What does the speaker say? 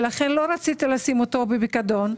ולכן לא רציתי לשים אותו בפקדון.